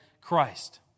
Christ